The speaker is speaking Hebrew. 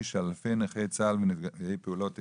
של אלפי נכי צה"ל ונפגעי פעולות איבה,